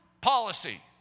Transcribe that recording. policy